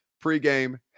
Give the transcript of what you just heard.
pre-game